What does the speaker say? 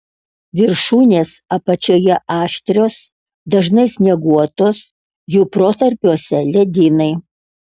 viršūnės apačioje aštrios dažnai snieguotos jų protarpiuose ledynai